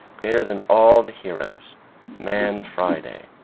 greater than all the heroes man friday.